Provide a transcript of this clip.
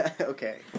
Okay